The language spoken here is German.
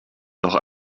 noch